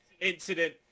incident